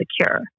secure